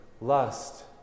lust